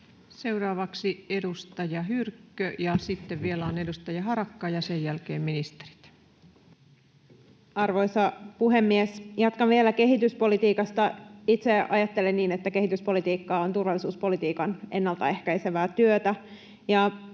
Seuraavaksi edustaja Hyrkkö. — Sitten vielä on edustaja Harakka, ja sen jälkeen ministerit. Arvoisa puhemies! Jatkan vielä kehityspolitiikasta. Itse ajattelen niin, että kehityspolitiikka on turvallisuuspolitiikan ennaltaehkäisevää työtä,